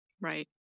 Right